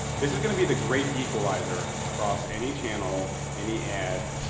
this is going to be the great equalizer across any channel, any ad,